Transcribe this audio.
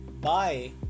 bye